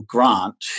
Grant